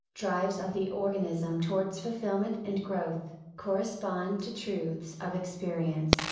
drives of the organism towards fulfillment and growth, correspond to truths of experience,